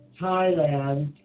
Thailand